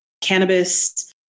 cannabis